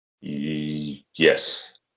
Yes